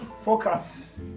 Focus